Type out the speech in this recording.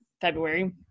February